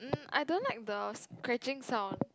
mm I don't like the scratching sound